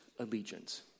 Allegiance